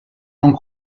non